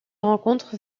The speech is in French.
rencontre